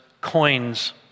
coins